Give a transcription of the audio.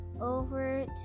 over